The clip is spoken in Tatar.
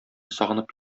сагынып